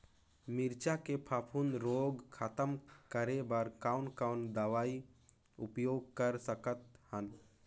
मिरचा के फफूंद रोग खतम करे बर कौन कौन दवई उपयोग कर सकत हन?